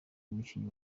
umukinnyi